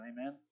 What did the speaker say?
Amen